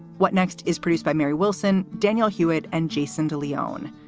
what next is produced by mary wilson, daniel hewett and jason de leone.